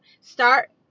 start